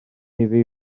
iddi